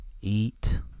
eat